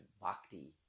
Bhakti